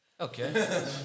Okay